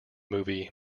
movie